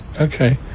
okay